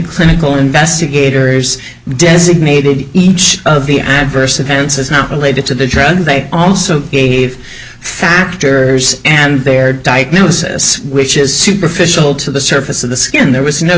clinical investigators designated each of the adverse events is not related to the drug they also gave factors and their diagnosis which is superficial to the surface of the skin there was no